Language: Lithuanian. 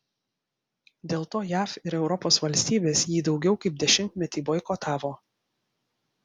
dėl to jav ir europos valstybės jį daugiau kaip dešimtmetį boikotavo